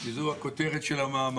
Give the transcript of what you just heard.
כי זו הכותרת של המאמר.